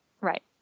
right